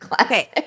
Okay